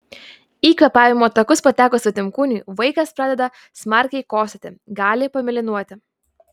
į kvėpavimo takus patekus svetimkūniui vaikas pradeda smarkiai kosėti gali pamėlynuoti